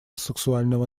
сексуального